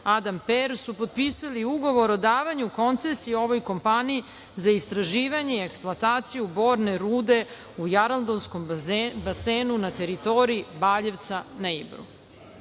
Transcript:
Adam Per su potpisali Ugovor o davanju koncesije ovoj kompaniji za istraživanje i eksploataciju borne rude u Jarandolskom basenu na teritoriji Baljevac na Ibru. Eto,